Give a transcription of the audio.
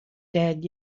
dead